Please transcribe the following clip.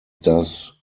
does